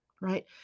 right